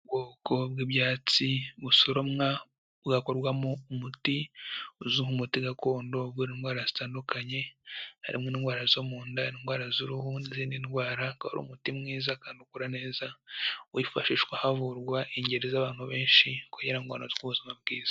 Ubwoko bw'ibyatsi busoromwa bugakorwamo umuti uzwi nk'umute gakondo bw'indwara zitandukanye; harimo'indwara zo munda, indwara z'uruhu n'izindi ndwara. Ukaba ari umuti mwiza kandi ugakora neza, wifashishwa havurwa ingeri z'abantu benshi kugira ngo abantu bagire ubuzima bwiza.